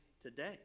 today